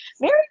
Mary